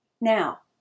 Now